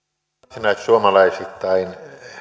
varsinaissuomalaisittain